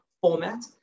format